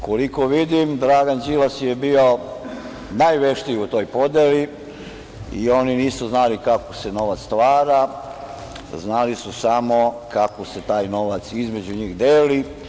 Koliko vidim, Dragan Đilas je bio najveštiji u toj podeli i oni nisu znali kako se novac stvara, znali su samo kako se taj novac između njih deli.